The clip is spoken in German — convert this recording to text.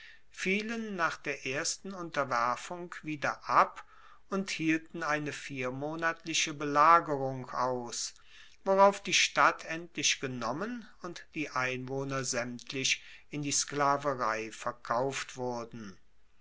fielen nach der ersten unterwerfung wieder ab und hielten eine viermonatliche belagerung aus worauf die stadt endlich genommen und die einwohner saemtlich in die sklaverei verkauft wurden